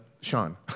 Sean